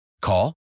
Call